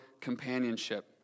companionship